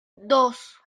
dos